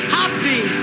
happy